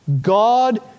God